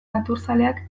naturzaleak